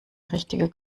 richtige